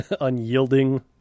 unyielding